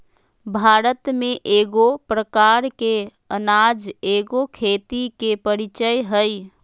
भारत में एगो प्रकार के अनाज एगो खेती के परीचय हइ